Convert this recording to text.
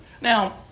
Now